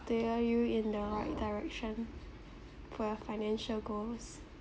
steer you in the right direction for your financial goals